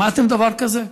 שמעתם דבר כזה?